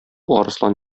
арыслан